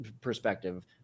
perspective